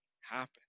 happen